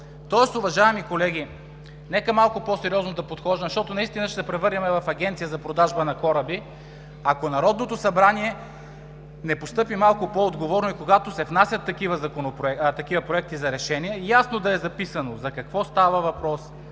Уважаеми колеги, нека да подхождаме малко по-сериозно, защото наистина ще се превърнем в агенция за продажба на кораби, ако Народното събрание не постъпи малко по-отговорно и когато се внасят такива проекти за решение, ясно да е записано за какво става въпрос,